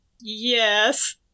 Yes